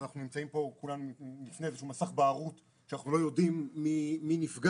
כולנו נמצאים פה לפני איזשהו מסך בערות כי אנחנו לא יודעים מי ייפגע.